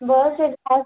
बहुत से लोग